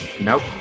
Nope